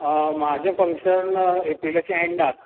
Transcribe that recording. म्हजें फंक्शन एप्रिल्याचें एंडाक